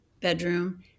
bedroom